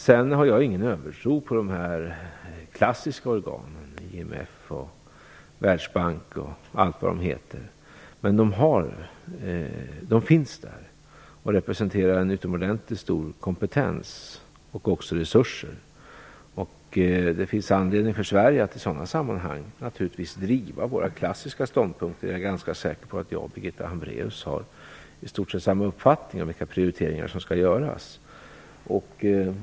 Jag har ingen övertro på de klassiska organen - IMF, Världsbanken och allt vad de heter. Men de finns där och representerar en utomordentligt stor kompetens och även resurser. Det finns anledning för Sverige att i sådana sammanhang driva de klassiska svenska ståndpunkterna. Jag är ganska säker på att jag och Birgitta Hambraeus har i stort sett samma uppfattning om vilka prioriteringar som skall göras.